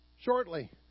shortly